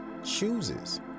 chooses